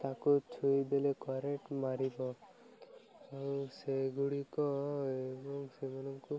ତାକୁ ଛୁଇଁଦେଲେ କରେଣ୍ଟ ମାରିବ ଆଉ ସେଗୁଡ଼ିକ ଏବଂ ସେମାନଙ୍କୁ